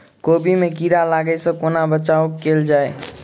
कोबी मे कीड़ा लागै सअ कोना बचाऊ कैल जाएँ?